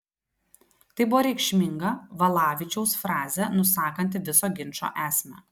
tai buvo reikšminga valavičiaus frazė nusakanti viso ginčo esmę